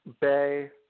Bay